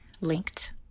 linked